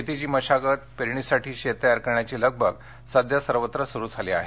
शेतीची मशागत पेरणीसाठी शेत तयार करण्याची लगबग सध्या सर्वत्र सुरू झाली आहे